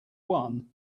won